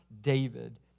David